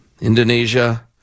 Indonesia